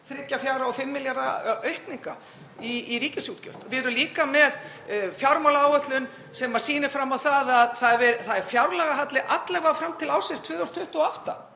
4 og 5 milljarða aukningar í ríkisútgjöld. Við erum líka með fjármálaáætlun sem sýnir fram á að það er fjárlagahalli alla vega fram til ársins 2028.